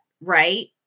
right